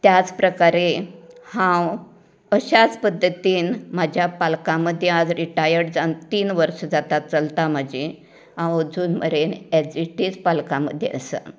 त्याच प्रकारे हांव अश्याच पद्दतीन म्हाज्या पालकां मदीं आज रिटायर्ड जावन तीन वर्सा जातात चलता म्हाजी हांव अजून मेरेन एज इट इज पालकां मदीं आसा